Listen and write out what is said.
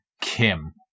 Kim